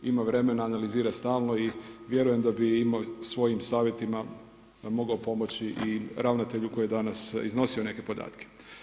Ima vremena, analizira stalno i vjerujem da bi svojim savjetima mogao pomoći i ravnatelju koji je danas iznosio neke podatke.